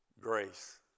grace